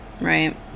right